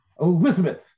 Elizabeth